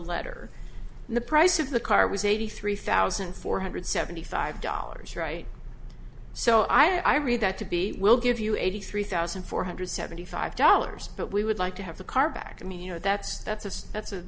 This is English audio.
letter the price of the car was eighty three thousand four hundred seventy five dollars right so i read that to be we'll give you eighty three thousand four hundred seventy five dollars but we would like to have the car back i mean you know that's that's that's